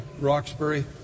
Roxbury